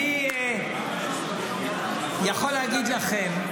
אני יכול להגיד לכם,